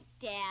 Dad